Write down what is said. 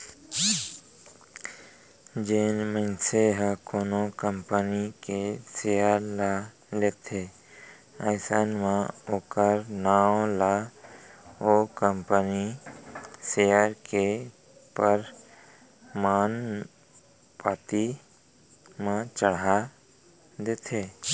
जेन मनसे ह कोनो कंपनी के सेयर ल लेथे अइसन म ओखर नांव ला ओ कंपनी सेयर के परमान पाती म चड़हा देथे